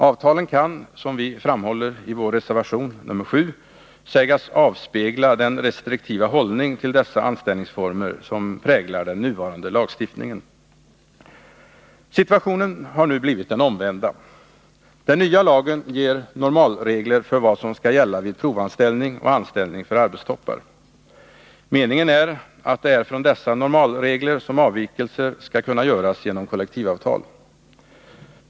Avtalen kan, som vi framhåller i reservation 7, sägas avspegla den restriktiva hållning till dessa anställningsformer som präglar den nuvarande lagstiftningen. Situationen har nu blivit den omvända. Den nya lagen ger normalregler för vad som skall gälla vid provanställning och anställning för arbetstoppar. Meningen är att det är från dessa normalregler som avvikelser skall kunna göras genom kollektivavtal.